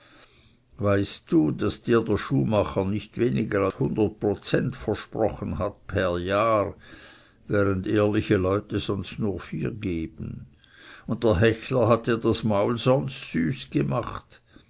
weißt du daß dir der schuhmacher nicht weniger als hundert prozent versprochen hat per jahr während ehrliche leute sonst nur vier geben und der hechler hat dir das maul sonst süß gemacht